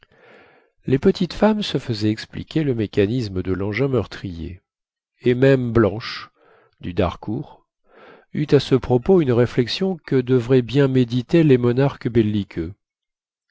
les petites femmes se faisaient expliquer le mécanisme de lengin meurtrier et même blanche du dharcourt eut à ce propos une réflexion que devraient bien méditer les monarques belliqueux